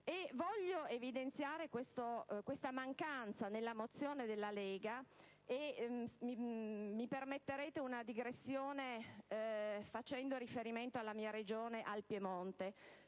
Per evidenziare questa mancanza nella mozione della Lega permettetemi una digressione facendo riferimento alla mia Regione, al Piemonte.